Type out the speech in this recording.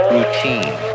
Routine